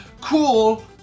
Cool